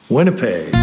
Winnipeg